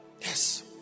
Yes